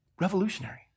Revolutionary